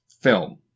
film